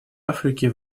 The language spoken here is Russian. африке